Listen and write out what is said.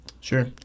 Sure